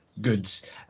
goods